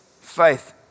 faith